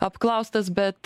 apklaustas bet